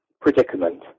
predicament